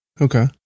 Okay